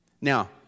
Now